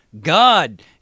God